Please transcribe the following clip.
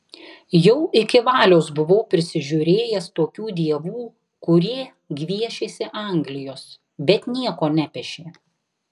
jau iki valios buvau prisižiūrėjęs tokių dievų kurie gviešėsi anglijos bet nieko nepešė